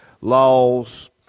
laws